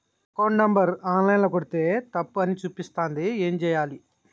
నా account number online ల కొడ్తే తప్పు అని చూపిస్తాంది ఏం చేయాలి?